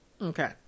okay